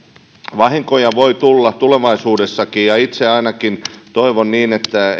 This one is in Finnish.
vahinkoja voi tulla tulevaisuudessakin ja itse ainakin toivon niin että